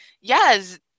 yes